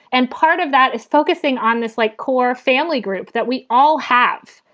and part of that is focusing on this like core family group that we all have.